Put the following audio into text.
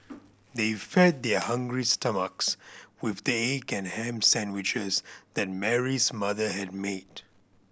they fed their hungry stomachs with the egg and ham sandwiches that Mary's mother had made